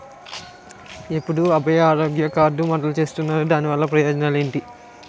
ఎప్పుడు అభయ ఆరోగ్య కార్డ్ మొదలు చేస్తున్నారు? దాని వల్ల ప్రయోజనాలు ఎంటి?